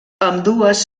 ambdues